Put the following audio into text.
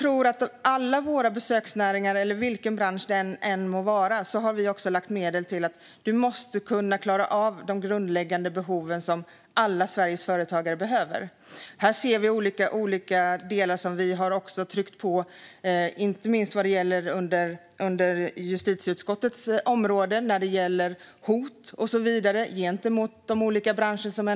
För hela vår besöksnäring eller vilken bransch det än må vara har vi lagt medel till att man ska kunna klara av de grundläggande behov som alla Sveriges företagare har. Här ser vi olika delar som vi har tryckt på, inte minst inom justitieutskottets område när det gäller de hot som finns gentemot olika branscher.